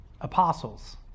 apostles